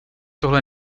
tohle